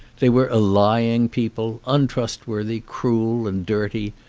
they were a lying people, untrustworthy, cruel, and dirty,